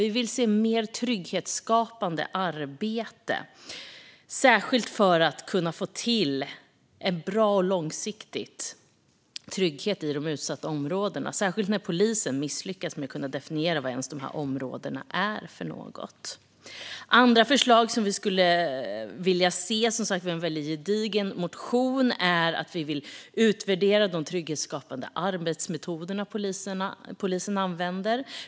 Vi vill se mer trygghetsskapande arbete, särskilt för att kunna få till en bra och långsiktig trygghet i de utsatta områdena och särskilt när polisen misslyckas med att definiera vad dessa områden är. Det finns andra förslag om vad vi skulle vilja se - vi har som sagt en gedigen motion. Vi vill utvärdera de trygghetsskapande arbetsmetoder som polisen använder.